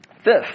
Fifth